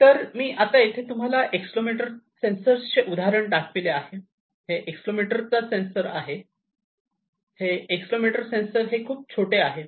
तर मी आता येथे तुम्हाला एक्सेलरोमीटरचा सेंसर चे उदाहरण दाखविणे हे आहे एक्सेलरोमीटरचा सेंसर हे आहे एक्सेलरोमीटरचा सेंसर हे खूपच छोटे आहे